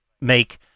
make